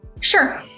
Sure